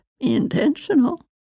intentional